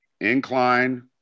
incline